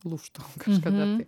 lūžta kažkada tai